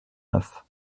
neuf